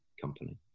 company